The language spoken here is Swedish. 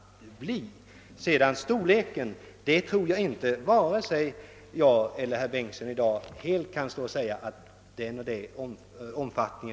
Omfattningen på dessa skador tror jag varken jag eller herr Bengtsson i dag kan ange.